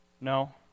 No